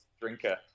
drinker